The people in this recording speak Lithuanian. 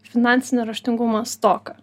finansinio raštingumo stoką